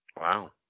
Wow